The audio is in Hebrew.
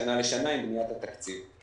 משנה לשנה עם בניית התקציב.